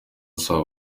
asaba